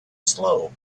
slow